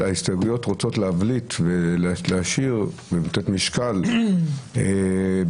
ההסתייגויות רוצות להבליט ולהשאיר ולתת משקל בנושאים